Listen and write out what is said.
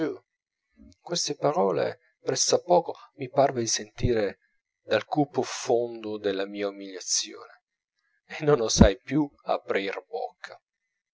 queste parole presso a poco mi parve di sentire dal cupo fondo della mia umiliazione e non osai più aprir bocca